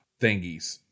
thingies